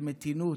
של מתינות,